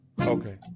Okay